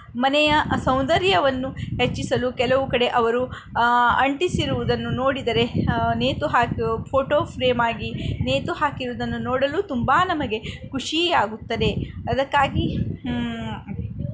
ಮನೆಯ ಸೌಂದರ್ಯವನ್ನು ಹೆಚ್ಚಿಸಲು ಕೆಲವು ಕಡೆ ಅವರು ಅಂಟಿಸಿರುವುದನ್ನು ನೋಡಿದರೆ ನೇತು ಹಾಕಿ ಫೋಟೋ ಫ್ರೇಮಾಗಿ ನೇತು ಹಾಕಿರುದನ್ನು ನೋಡಲು ತುಂಬಾ ನಮಗೆ ಖುಷಿಯಾಗುತ್ತದೆ ಅದಕ್ಕಾಗಿ